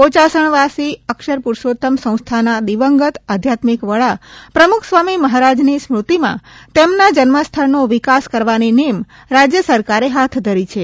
બોચાસણવાસી અક્ષર પુરૂષોત્તમ સંસ્થાના દિવંગત આધ્યાત્મિક વડા પ્રમુખ સ્વામી મહારાજની સ્મૃતિમાં તેમના જન્મસ્થળનો વિકાસ કરવાની નેમ રાજ્યસરકારે હાથ ધરી છે